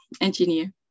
engineer